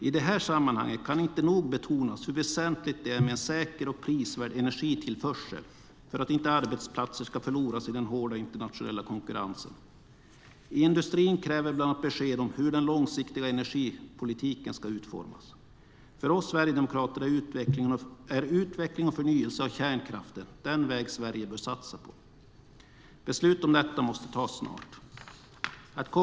I det här sammanhanget kan inte nog betonas hur väsentligt det är med en säker och prisvärd energitillförsel för att inte arbetsplatser ska förloras i den hårda internationella konkurrensen. Industrin kräver bland annat besked om hur den långsiktiga energipolitiken ska utformas. För oss sverigedemokrater är utveckling och förnyelse av kärnkraften den väg Sverige bör satsa på. Beslut om detta måste tas snart.